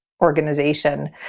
organization